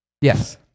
Yes